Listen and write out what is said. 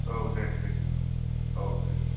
औ दे दे औ दे